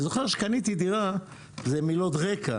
אני זוכר כשקניתי דירה אלה מילות רקע